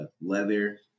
leather